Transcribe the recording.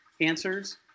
answers